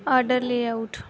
order layout